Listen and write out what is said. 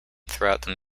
throughout